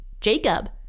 Jacob